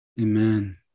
amen